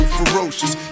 ferocious